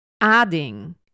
adding